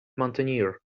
mountaineer